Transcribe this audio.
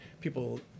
people